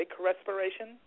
respiration